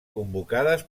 convocades